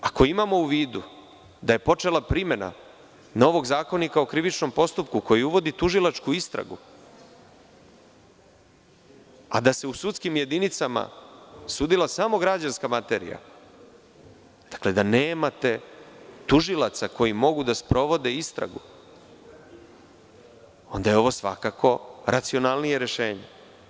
Ako imamo u vidu da je počela primena novog Zakonika o krivičnom postupku koji uvodi tužilačku istragu, a da se u sudskim jedinicama sudila samo građanska materija, da nemate tužilaca koji mogu da sprovode istragu, onda je ovo racionalnije rešenje.